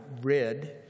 read